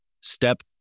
step